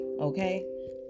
okay